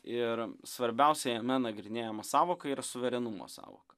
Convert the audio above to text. ir svarbiausia jame nagrinėjama sąvoka yra suverenumo sąvoka